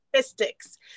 statistics